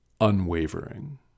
unwavering